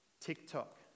tiktok